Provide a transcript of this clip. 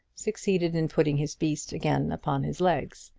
succeeded in putting his beast again upon his legs.